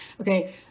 okay